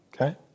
okay